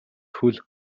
хөл